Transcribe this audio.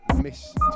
miss